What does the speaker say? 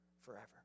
forever